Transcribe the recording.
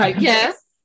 yes